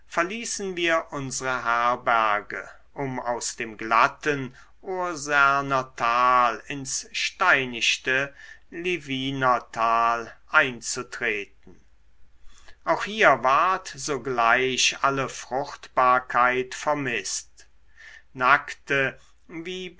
verließen wir unsre herberge um aus dem glatten urserner tal ins steinichte liviner tal einzutreten auch hier ward sogleich alle fruchtbarkeit vermißt nackte wie